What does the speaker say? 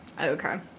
Okay